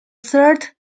third